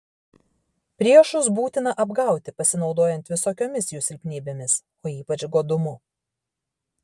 priešus būtina apgauti pasinaudojant visokiomis jų silpnybėmis o ypač godumu